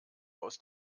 aus